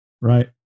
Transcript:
right